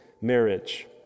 marriage